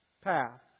path